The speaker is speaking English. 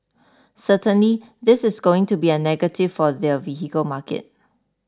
certainly this is going to be a negative for their vehicle market